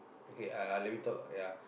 okay uh let me talk ya